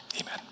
Amen